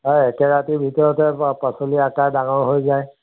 হয় একেৰাতিৰ ভিতৰতে পাচলি আকাৰ ডাঙৰ হৈ যায়